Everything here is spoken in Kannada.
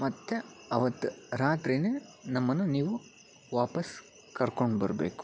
ಮತ್ತೆ ಅವತ್ತು ರಾತ್ರಿಯೇ ನಮ್ಮನ್ನು ನೀವು ವಾಪಸ್ ಕರ್ಕೊಂಡ್ಬರ್ಬೇಕು